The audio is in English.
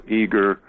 eager